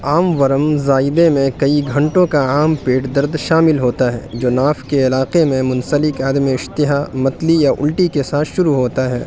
عام ورم زائدے میں کئی گھنٹوں کا عام پیٹ درد شامل ہوتا ہے جو ناف کے علاقے میں منسلک عدم اشتہا متلی یا الٹی کے ساتھ شروع ہوتا ہے